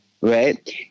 Right